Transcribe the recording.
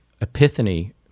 epiphany